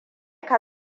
ka